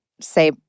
say